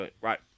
Right